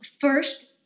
first